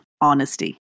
honesty